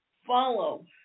follow